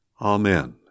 Amen